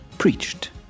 preached